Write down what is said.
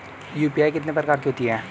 UPI कितने प्रकार की होती हैं?